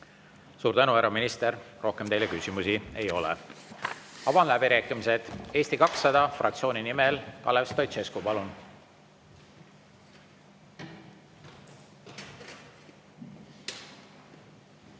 Suur tänu, härra minister! Rohkem teile küsimusi ei ole. Avan läbirääkimised. Eesti 200 fraktsiooni nimel Kalev Stoicescu, palun!